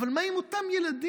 אבל מה עם אותם ילדים?